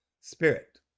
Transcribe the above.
spirit